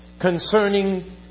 concerning